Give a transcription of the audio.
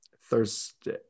Thursday